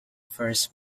first